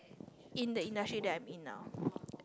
in the industry that I'm in now